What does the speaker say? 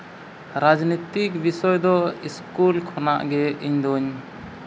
ᱨᱟᱡᱽᱱᱤᱛᱤ ᱵᱤᱥᱚᱭ ᱫᱚ ᱥᱠᱩᱞ ᱠᱷᱚᱱᱟᱜ ᱜᱮ ᱤᱧᱫᱩᱧ